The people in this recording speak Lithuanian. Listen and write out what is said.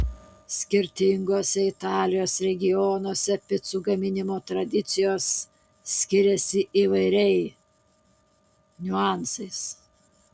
skirtinguose italijos regionuose picų gaminimo tradicijos skiriasi įvairiai niuansais